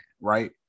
right